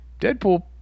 Deadpool